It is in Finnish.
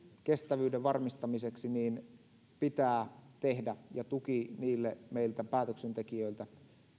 kestävyyden varmistamiseksi pitää tehdä ja tuki niille meiltä päätöksentekijöiltä